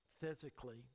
physically